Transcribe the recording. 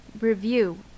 review